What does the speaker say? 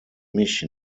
mich